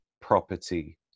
property